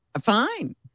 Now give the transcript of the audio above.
Fine